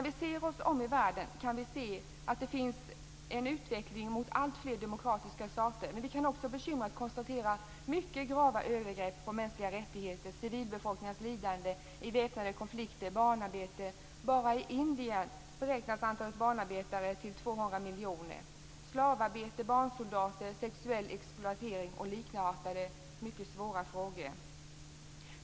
Vi kan ute i världen se en utveckling mot alltfler demokratiska stater, men vi kan också bekymrat konstatera mycket grava övergrepp på mänskliga rättigheter, civilbefolkningens lidanden i väpnade konflikter, barnarbete - bara i Indien beräknas antalet barnarbetare till 200 miljoner - slavarbete, barnsoldater, sexuell exploatering och likartade mycket svåra frågor.